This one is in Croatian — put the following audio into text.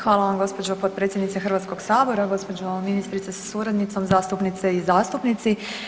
Hvala vam gospođo potpredsjednice Hrvatskog sabora, gospođo ministrice sa suradnicom, zastupnice i zastupnici.